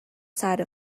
side